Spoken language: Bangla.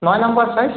নয় নাম্বার সাইজ